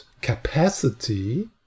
capacity